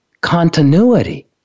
continuity